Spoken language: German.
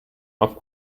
auf